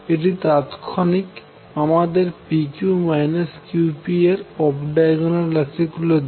এটি তাৎক্ষনিক আমাদের p q q p এর অফ ডায়াগোনাল রাশিগুলি দেয়